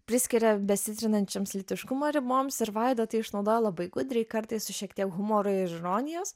priskiria besitrinančioms lytiškumo riboms ir vaida tai išnaudoja labai gudriai kartais su šiek tiek humoro ir ironijos